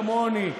כמוני,